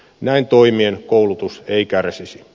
näin toimien koulutus ei kärsisi